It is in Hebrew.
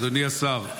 אדוני השר,